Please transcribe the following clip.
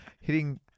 hitting